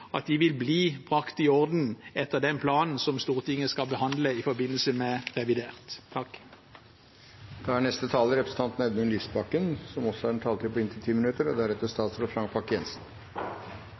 vil bli brakt i orden etter den planen som Stortinget skal behandle i forbindelse med revidert. Jeg tegnet meg igjen etter innleggene fra representantene Leirstein og Harberg, særlig fordi representanten